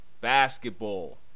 Basketball